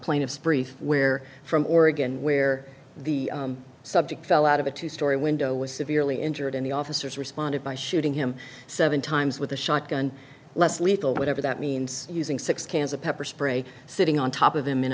plaintiff's brief where from oregon where the subject fell out of a two story window was severely injured and the officers responded by shooting him seven times with a shotgun less lethal whatever that means using six cans of pepper spray sitting on top of him in